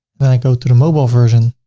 then i go to the mobile version